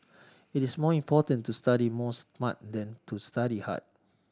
it is more important to study more smart than to study hard